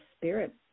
spirit